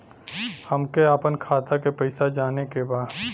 हमके आपन खाता के पैसा जाने के बा